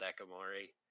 Dekamori